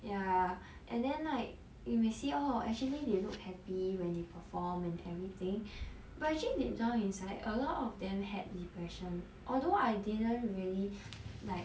ya and then like you may see oh actually they look happy when they perform and everything but actually deep down inside a lot of them had depression although I didn't really like